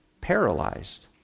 paralyzed